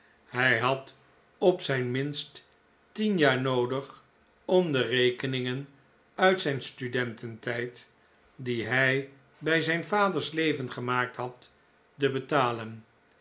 hij had op zijn minst tien jaar noodig om de rekeningen uit zijn studententijd die hij bij zijn vaders leven gemaakt had te betalen